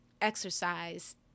exercise